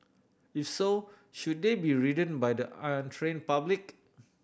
if so should they be ridden by the untrained public